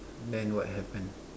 then what happened